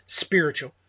spiritual